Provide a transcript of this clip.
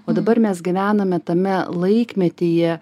o dabar mes gyvename tame laikmetyje